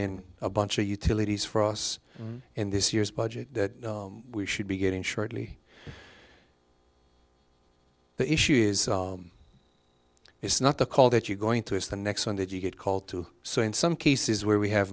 in a bunch of utilities for us in this year's budget that we should be getting shortly the issue is it's not the call that you're going to is the next one did you get called to so in some cases where we have